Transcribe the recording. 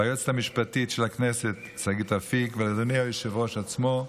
ליועצת המשפטית של הכנסת שגית אפיק ולאדוני היושב-ראש עצמו,